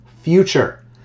future